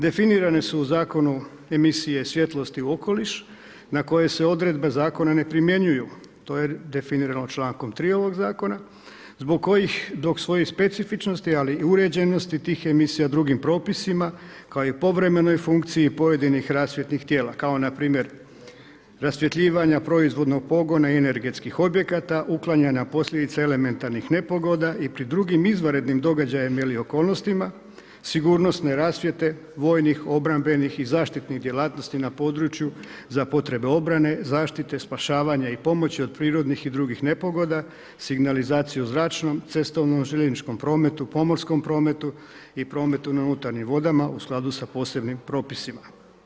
Definirane su u zakonu emisije svjetlosti u okoliš na koje se odredbe zakona ne primjenjuju, to je definirano člankom 3. ovog zakona, zbog svojih specifičnosti ali i uređenosti tih emisija drugim propisima kao i povremenoj funkciji pojedinih rasvjetnih tijela kao npr. rasvjetljivanja proizvodnog pogona energetskih objekata, uklanjanja posljedica elementarnih nepogoda i pri drugim izvanrednim događajima ili okolnostima, sigurnosne rasvjete vojnih obrambenih i zaštitnih djelatnosti na području za potrebe obrane, zaštite, spašavanja i pomoći od prirodnih i drugih nepogoda, signalizaciju zračnu, cestovnu, na željezničkom prometu, pomorskom prometu i prometu na unutarnjim vodama u skladu sa posebnim propisima.